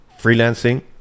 freelancing